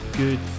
Good